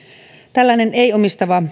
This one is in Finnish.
tällainen ei omistava